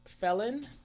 felon